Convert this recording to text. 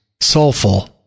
soulful